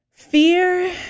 Fear